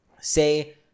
say